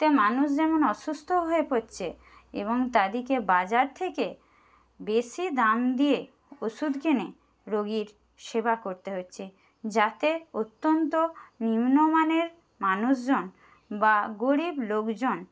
এতে মানুষ যেমন অসুস্থও হয়ে পড়ছে এবং তাদিরকে বাজার থিকে বেশি দাম দিয়ে ওষুধ কিনে রোগীর সেবা করতে হচ্ছে যাতে অত্যন্ত নিম্নমানের মানুষজন বা গরীব লোকজন